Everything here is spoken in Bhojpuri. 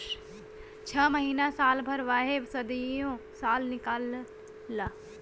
छ महीना साल भर वाहे सदीयो साल निकाल ला